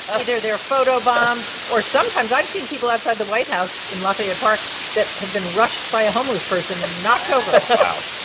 either they're photobombed or sometimes i've seen people outside the white house in lafayette park that have been rushed by a homeless person and knocked over wow